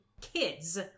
kids